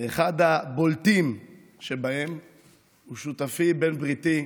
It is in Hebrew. ואחד הבולטים שבהם הוא שותפי, בן בריתי,